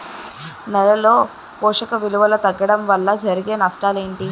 నేలలో పోషక విలువలు తగ్గడం వల్ల జరిగే నష్టాలేంటి?